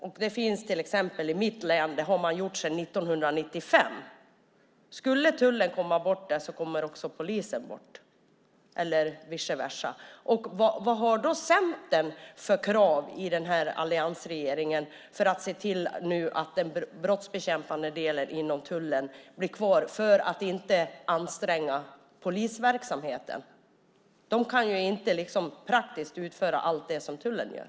Det har man till exempel gjort i mitt län sedan 1995. Skulle tullen komma bort där kommer också polisen bort, eller vice versa. Vad har då Centern för krav i den här alliansregeringen för att se till att den brottsbekämpande delen inom tullen blir kvar för att inte anstränga polisverksamheten? De kan ju inte praktiskt utföra allt det som tullen gör.